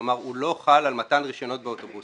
כלומר, הוא לא חל על מתן רישיונות באוטובוסים.